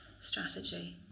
strategy